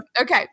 Okay